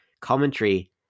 commentary